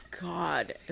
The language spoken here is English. God